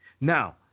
Now